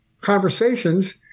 conversations